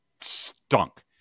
stunk